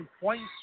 points